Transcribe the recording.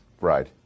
Right